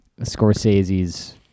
Scorsese's